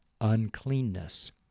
uncleanness